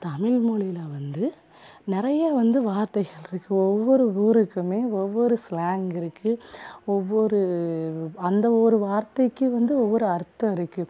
தமிழ்மொலியில வந்து நிறைய வந்து வார்த்தைகள் இருக்குது ஒவ்வொரு ஊருக்குமே ஒவ்வொரு ஸ்லாங் இருக்குது ஒவ்வொரு அந்த ஒரு வார்த்தைக்கு வந்து ஒவ்வொரு அர்த்தம் இருக்குது